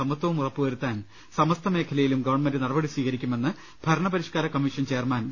സമത്വവും ഉറപ്പുവരുത്താൻ സമസ്ത മേഖലയിലും ഗവൺമെന്റ് നടപടി സ്വീകരിക്കുമെന്ന് ഭരണപരിഷ്കാര കമ്മീഷൻ ചെയർമാൻ വി